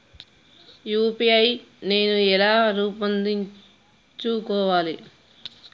UPI నేను ఎలా రూపొందించుకోవాలి?